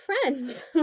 friends